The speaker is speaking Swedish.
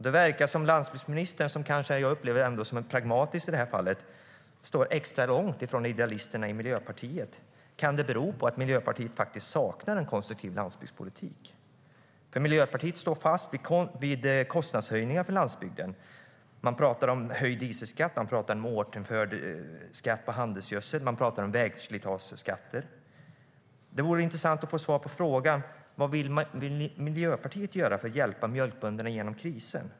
Det verkar som om landsbygdsministern, som jag upplever som pragmatisk i det här fallet, står extra långt från idealisterna i Miljöpartiet. Kan det bero på att Miljöpartiet faktiskt saknar en konstruktiv landsbygdspolitik? Miljöpartiet står fast vid kostnadshöjningar för landsbygden. Man talar om höjd dieselskatt, om återinförd skatt på handelsgödsel och om vägslitageskatter. Det vore intressant att få svar på frågan vad Miljöpartiet vill göra för att hjälpa mjölkbönderna genom krisen.